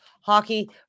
Hockey